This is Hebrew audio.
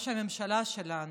ראש הממשלה שלנו,